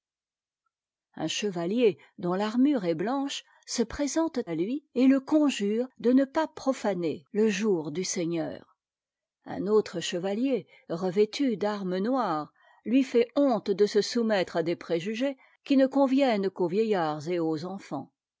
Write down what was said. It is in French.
un chevalier dont i'armureest blanche se présente à lui et le conjure de rie pas profaner le jour du seigneur un autre chevalier revêtu d'armes noires lui fait honte de se soumettre à des préjugés qui ne conviennent qu'aux vieillards et aux enfants